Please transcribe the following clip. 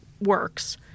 works